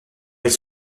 elle